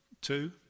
two